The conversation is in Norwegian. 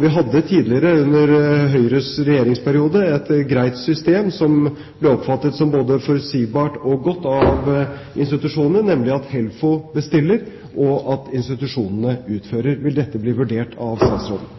Vi hadde tidligere, under Høyres regjeringsperiode, et greit system, som ble oppfattet som både forutsigbart og godt av institusjonene, nemlig at HELFO bestiller, og at institusjonene utfører. Vil dette bli vurdert av statsråden?